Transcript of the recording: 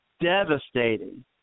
devastating